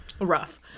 rough